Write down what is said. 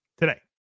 Today